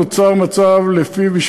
נוצר מצב שלפיו,